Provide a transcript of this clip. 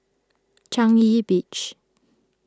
Changi Beach